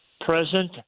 present